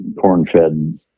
corn-fed